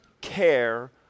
care